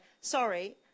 sorry